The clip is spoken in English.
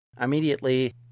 immediately